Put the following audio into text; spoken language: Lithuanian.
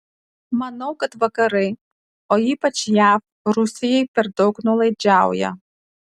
manau kad vakarai o ypač jav rusijai per daug nuolaidžiauja